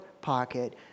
pocket